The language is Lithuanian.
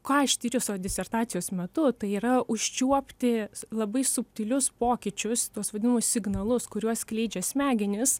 ką aš tiriu savo disertacijos metu tai yra užčiuopti labai subtilius pokyčius tuos vadinamus signalus kuriuos skleidžia smegenys